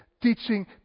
teaching